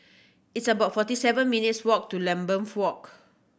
it's about forty seven minutes' walk to Lambeth Walk